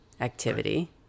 activity